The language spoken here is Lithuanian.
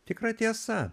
tikra tiesa